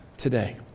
today